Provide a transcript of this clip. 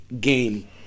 Game